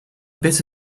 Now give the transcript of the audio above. bit